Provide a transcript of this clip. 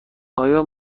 آیا